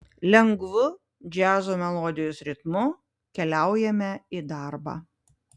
lengvu džiazo melodijos ritmu keliaujame į darbą